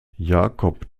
jakob